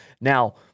Now